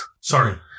Sorry